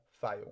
fail